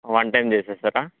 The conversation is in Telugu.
వన్ టైమ్ చేసేస్తారా